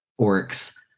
orcs